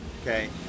Okay